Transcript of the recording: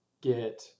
get